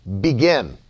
begin